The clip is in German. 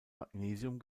magnesium